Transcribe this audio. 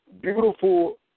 beautiful